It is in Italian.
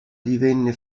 divenne